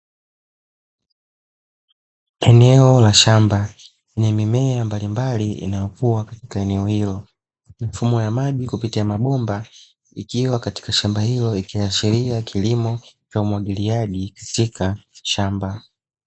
Eneo la shamba ni mimea mbalimbali inayo kuwa katika eneo hilo, mifumo ya maji kupitia mabomba ikiwa katika shamba hilo likiashiria kilimo cha umwagiliaji thika shamba.